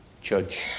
judge